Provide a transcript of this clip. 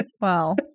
Wow